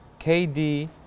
KD